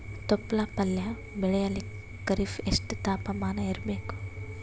ತೊಪ್ಲ ಪಲ್ಯ ಬೆಳೆಯಲಿಕ ಖರೀಫ್ ಎಷ್ಟ ತಾಪಮಾನ ಇರಬೇಕು?